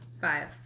Five